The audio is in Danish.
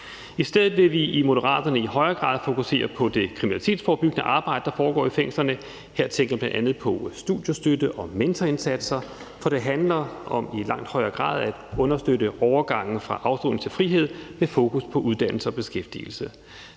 I stedet vil vi i Moderaterne i højere grad fokusere på det kriminalitetsforebyggende arbejde, der foregår i fængslerne. Her tænker vi bl.a. på studiestøtte og mentorindsatser, for det handler om i langt højere grad at understøtte overgangen fra afsoning til frihed med fokus på uddannelse og beskæftigelse.